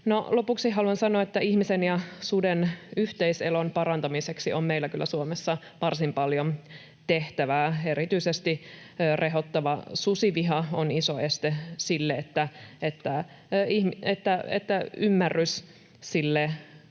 Lopuksi haluan sanoa, että ihmisen ja suden yhteiselon parantamiseksi on meillä kyllä Suomessa varsin paljon tehtävää. Erityisesti rehottava susiviha on iso este sille, että ymmärrys